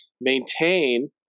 maintain